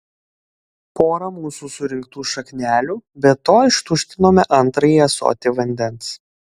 porą mūsų surinktų šaknelių be to ištuštinome antrąjį ąsotį vandens